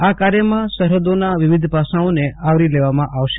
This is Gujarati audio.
આ કાર્યમાં સરહદોના વિવિધ પાસાઓને આવરી લેવામાં આવશે